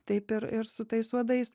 taip ir ir su tais uodais